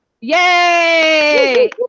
yay